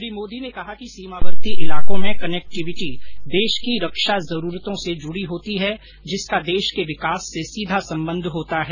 श्री मोदी ने कहा कि सीमार्वर्ती इलाकों में कनेक्टिविटी देश की रक्षा जरूरतों से जुड़ी होती है जिसका देश के विकास से सीधा संबंध होता है